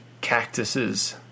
cactuses